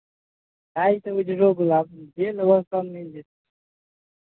हइ तऽ उजलो गुलाब जे लेबै सभ मिल जेतै